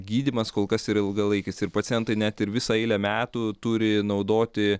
gydymas kol kas yra ilgalaikis ir pacientai net ir visą eilę metų turi naudoti